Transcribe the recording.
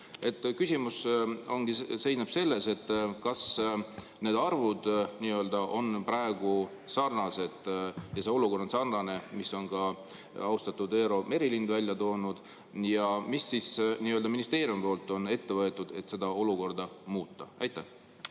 Küsimus seisneb selles: kas need arvud on praegu sarnased ja see olukord on sarnane, mille on ka austatud Eero Merilind välja toonud? Mida on ministeerium ette võtnud, et seda olukorda muuta? Aitäh!